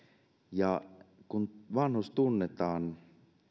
kun vanhus tunnetaan